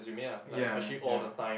ya ya